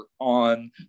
on